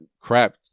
crap